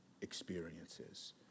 experiences